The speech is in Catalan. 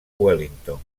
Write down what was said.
wellington